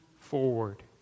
forward